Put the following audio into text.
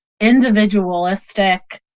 individualistic